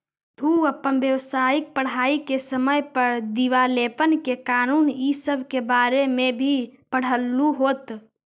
तू अपन व्यावसायिक पढ़ाई के समय पर दिवालेपन के कानून इ सब के बारे में भी पढ़लहू होत